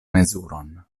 mezuron